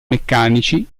meccanici